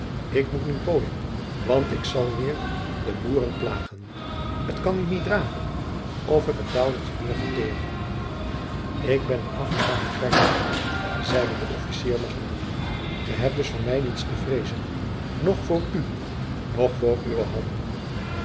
ick moet nu pooien want ick sal weêr de boeren plagen t kan nu niet dragen of ick een daeldertje meer verteer jacob van lennep de pleegzoon ik ben een afgedankt krijgsman zeide de officier lagchende ge hebt dus van mij niets te vreezen noch voor u noch voor uw hammen